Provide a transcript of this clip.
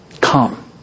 Come